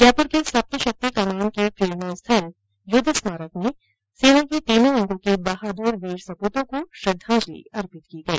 जयपुर के सप्तशक्ति कमान के प्रेरणास्थल युद्धस्मारक में सेना के तीनों अंगों के बहाद्र वीर सपूतों को श्रद्धांजलि अर्पित की गई